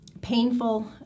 painful